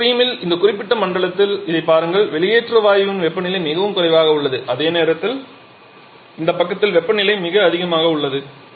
ஒரு ஸ்ட்ரீமில் இந்த குறிப்பிட்ட மண்டலத்தில் இதைப் பாருங்கள் வெளியேற்ற வாயுவின் வெப்பநிலை மிகவும் குறைவாக உள்ளது அதே நேரத்தில் இந்த பக்கத்தில் வெப்பநிலை மிக அதிகமாக உள்ளது